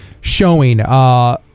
showing